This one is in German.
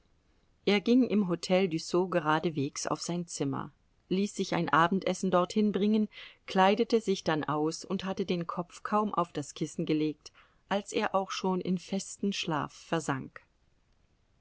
er ging im hotel dussot geradenwegs auf sein zimmer ließ sich ein abendessen dorthin bringen kleidete sich dann aus und hatte den kopf kaum auf das kissen gelegt als er auch schon in festen schlaf versank